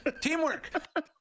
Teamwork